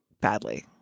badly